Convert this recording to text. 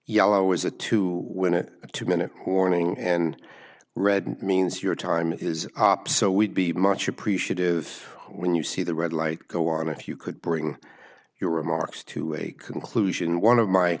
yellow is a to win a two minute warning and red means your time is up so we'd be much appreciative when you see the red light go on if you could bring your remarks to a conclusion one of my